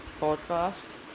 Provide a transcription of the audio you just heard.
podcast